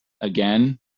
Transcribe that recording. again